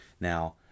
now